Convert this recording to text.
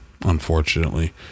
Unfortunately